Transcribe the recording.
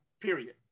period